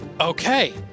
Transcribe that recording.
Okay